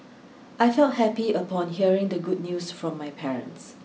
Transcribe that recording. I felt happy upon hearing the good news from my parents